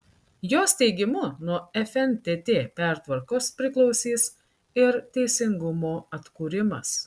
jos teigimu nuo fntt pertvarkos priklausys ir teisingumo atkūrimas